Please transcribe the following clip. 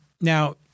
Now